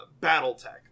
Battletech